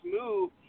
move